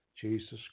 Jesus